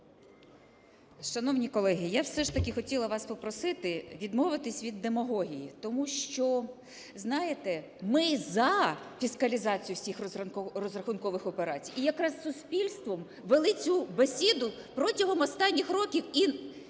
Шановні колеги, я все ж таки хотіла вас попросити відмовитися від демагогії, тому що, знаєте, ми – за фіскалізацію всіх розрахункових операцій і якраз із суспільством вели цю бесіду протягом останніх років,